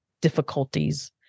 difficulties